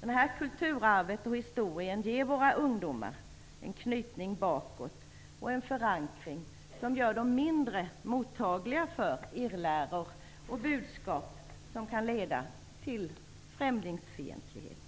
Det här kulturarvet och historien ger våra ungdomar anknytning bakåt och en förankring som gör dem mindre mottagliga för irrläror och budskap som kan leda till främlingsfientlighet.